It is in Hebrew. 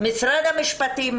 משרד המשפטים,